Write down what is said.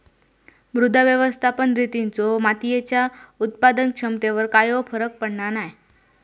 मृदा व्यवस्थापन रितींचो मातीयेच्या उत्पादन क्षमतेवर कायव फरक पडना नाय